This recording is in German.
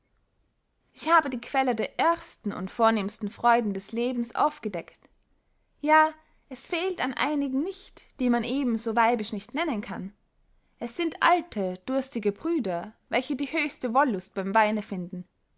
ich habe die quelle der ersten und vornehmsten freuden des lebens aufgedeckt ja es fehlt an einigen nicht die man eben so weibisch nicht nennen kann es sind alte durstige brüder welche die höchste wollust beym weine finden